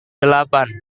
delapan